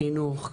חינוך,